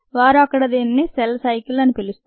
వారు అక్కడ దీనిని సెల్ సైకిల్ అని పిలుస్తారు